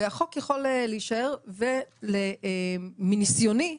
והחוק יכול להישאר, ומניסיוני,